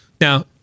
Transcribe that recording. Now